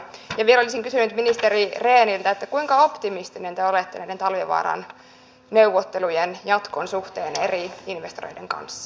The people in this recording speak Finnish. vielä olisin kysynyt ministeri rehniltä kuinka optimistinen te olette näiden talvivaaran neuvottelujen jatkon suhteen eri investoreiden kanssa